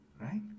right